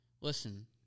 Listen